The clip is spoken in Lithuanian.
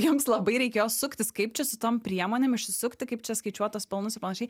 jiems labai reikėjo suktis kaip čia su tom priemonėm išsisukti kaip čia skaičiuot tuos pelnus ir panašiai